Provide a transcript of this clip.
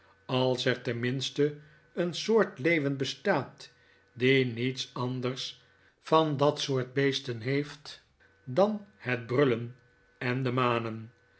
als er tenminste een soort leeuwen bestaat die niets anders van dat soort beesten heeft dan het brullen en de manen